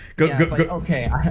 Okay